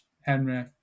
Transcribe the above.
Henry